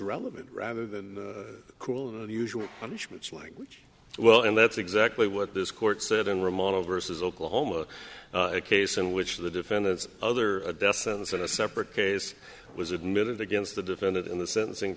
relevant rather than cruel and unusual punishments language well and that's exactly what this court said and remodel versus oklahoma a case in which the defendant's other a death sentence in a separate case was admitted against the defendant in the sentencing